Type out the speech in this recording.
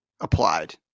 applied